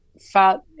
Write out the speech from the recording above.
fat